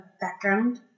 background